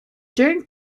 during